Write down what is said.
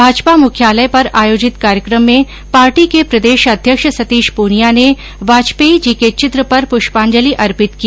भाजपा मुख्यालय पर आयोजित कार्यक्रम में पार्टी के प्रदेशाध्यक्ष सतीश पूनिया ने वाजपेयी जी के चित्र पर प्ष्पांजलि अर्पित की